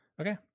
Okay